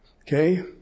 okay